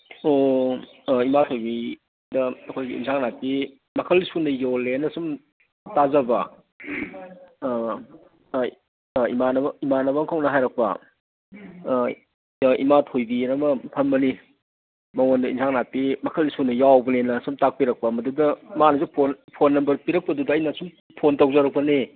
ꯑꯣ ꯏꯃꯥ ꯊꯣꯏꯕꯤꯗ ꯑꯩꯈꯣꯏꯒꯤ ꯏꯟꯖꯥꯡ ꯅꯥꯄꯤ ꯃꯈꯜ ꯁꯨꯅ ꯌꯣꯜꯂꯦꯅ ꯁꯨꯝ ꯇꯥꯖꯕ ꯏꯃꯥꯟꯅꯕ ꯏꯃꯥꯟꯅꯕ ꯑꯝꯈꯛꯅ ꯍꯥꯏꯔꯛꯄ ꯏꯃꯥ ꯊꯣꯏꯕꯤꯅ ꯑꯃ ꯐꯝꯕꯅꯤ ꯃꯉꯣꯟꯗ ꯏꯟꯖꯥꯡ ꯅꯥꯄꯤ ꯃꯈꯜ ꯁꯨꯅ ꯌꯥꯎꯕꯅꯦꯅ ꯁꯨꯝ ꯇꯥꯛꯄꯤꯔꯛꯄ ꯃꯗꯨꯗ ꯃꯥꯅꯁꯨ ꯐꯣꯟ ꯅꯝꯕꯔ ꯄꯤꯔꯛꯄꯗꯨꯗ ꯑꯩꯅ ꯁꯨꯝ ꯐꯣꯟ ꯇꯧꯖꯔꯛꯄꯅꯦ